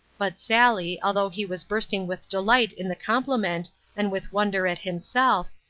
but sally, although he was bursting with delight in the compliment and with wonder at himself,